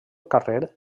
carrer